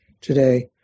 today